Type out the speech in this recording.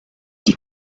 die